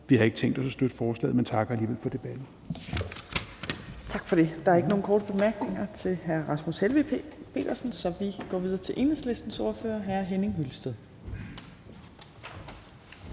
vi ikke tænkt os at støtte det, men takker alligevel for debatten. Kl. 18:00 Tredje næstformand (Trine Torp): Tak for det. Der er ikke nogen korte bemærkninger til hr. Rasmus Helveg Petersen, så vi går videre til Enhedslistens ordfører, hr. Henning Hyllested.